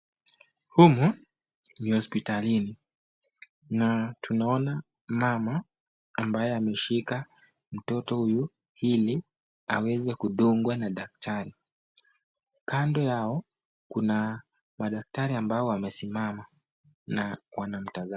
Humu ni hospitalini na tunaona mama ambaye ameshika mtoto huyu ili aweze kudungwa na daktari. Kando yao kuna madaktari ambao wamesimama na wanamtazama.